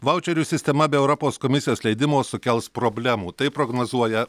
vaučerių sistema be europos komisijos leidimo sukels problemų tai prognozuoja